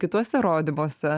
ir kituose rodymuose